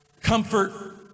comfort